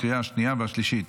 לקריאה השנייה והשלישית.